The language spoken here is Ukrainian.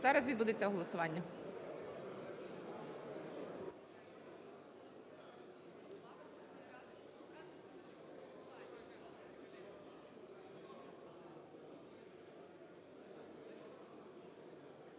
Зараз відбудеться голосування.